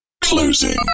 closing